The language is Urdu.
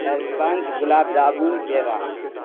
اسپنچ گلاب جامن پیڑا